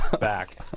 back